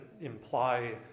imply